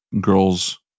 girls